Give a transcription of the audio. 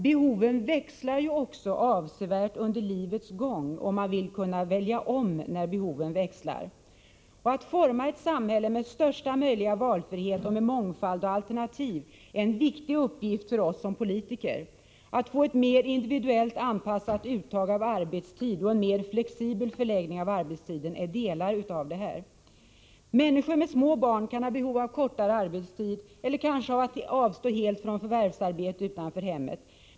Behoven växlar också avsevärt under livets gång, och man vill kunna välja om när behoven växlar. Att forma ett samhälle med största möjliga valfrihet och med mångfald och alternativ är därför en viktig uppgift för oss politiker. Att få ett mer individuellt anpassat uttag av arbetstid och mer flexibel förläggning av arbetstiden är delar av detta. Människor med små barn kan ha behov av kortare arbetstid eller kanske av att helt avstå från förvärvsarbete utanför hemmet.